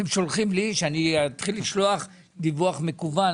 אתם שולחים לי שאני אתחיל לשלוח דיווח מקוון,